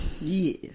Yes